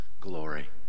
glory